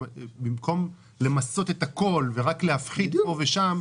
במקום למסות את הכול ורק להפחית פה ושם,